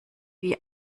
wie